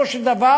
בסופו של דבר,